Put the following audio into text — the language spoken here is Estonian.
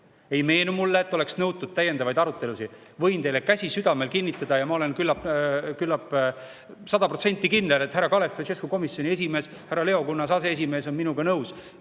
Ei meenu mulle, et oleks nõutud täiendavaid arutelusid. Võin teile, käsi südamel, kinnitada ja ma olen sada protsenti kindel, et härra Kalev Stoicescu, komisjoni esimees, ja härra Leo Kunnas, aseesimees, on minuga nõus: